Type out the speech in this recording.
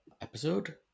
episode